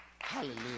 Hallelujah